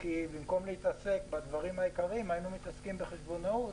כי במקום להתעסק בדברים העיקריים היינו מתעסקים בחשבונאות